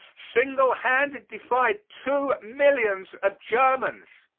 single-handed defied two millions of germans,